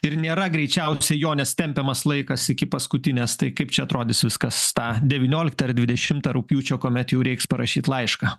ir nėra greičiausiai jo nes tempiamas laikas iki paskutinės tai kaip čia atrodys viskas tą devynioliktą ar dvidešimtą rugpjūčio kuomet jau reiks parašyt laišką